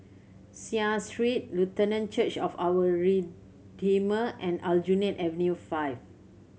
Seah Street Lutheran Church of Our Redeemer and Aljunied Avenue Five